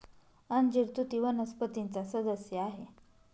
अंजीर तुती वनस्पतीचा सदस्य आहे